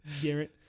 Garrett